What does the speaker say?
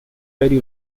very